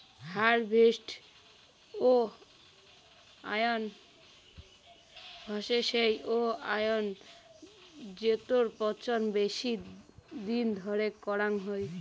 harvest wine হসে সেই wine জেটোর পচন বেশি দিন ধরে করাং হই